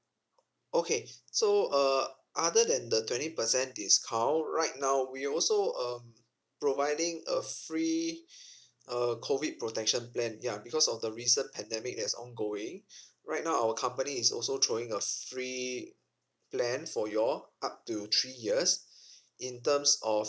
okay so uh other than the twenty percent discount right now we also um providing a free uh COVID protection plan ya because of the recent pandemic that's ongoing right now our company is also throwing a free plan for you all up to three years in terms of